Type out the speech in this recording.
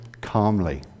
calmly